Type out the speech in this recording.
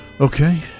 okay